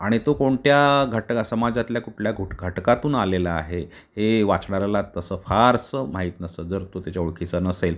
आणि तो कोणत्या घट समाजातल्या कुठल्या घुट घटकातून आलेला आहे हे वाचणाऱ्याला तसं फारसं माहीत नसतं जर तो त्याच्या ओळखीचा नसेल